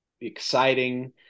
exciting